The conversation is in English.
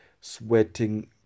sweating